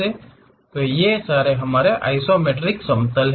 तो ये हमारा आइसोमेट्रिक समतल हैं